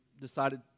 decided